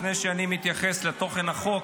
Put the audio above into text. לפני שאני מתייחס לתוכן החוק,